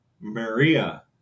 Maria